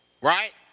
right